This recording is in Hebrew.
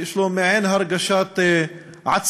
שיש לו מעין הרגשת עצמאות,